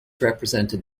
represented